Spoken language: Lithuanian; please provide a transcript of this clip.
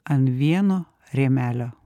ant vieno rėmelio